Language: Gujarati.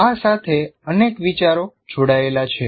આ સાથે અનેક વિચારો જોડાયેલા છે